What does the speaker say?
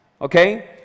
okay